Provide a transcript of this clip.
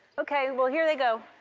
okay, well, here they go.